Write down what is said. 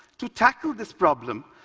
to tackle this problem,